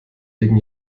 wegen